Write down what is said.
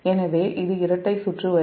எனவே இது இரட்டை சுற்று வரி